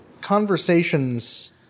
Conversations